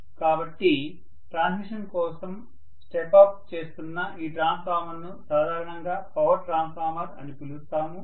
కాబట్టి ట్రాన్స్మిషన్ కోసం step up చేస్తున్న ఈ ట్రాన్స్ఫార్మర్ను సాధారణంగా పవర్ ట్రాన్స్ఫార్మర్ అని పిలుస్తాము